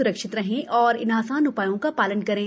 स्रक्षित रहें और इन आसान उपायों का पालन करें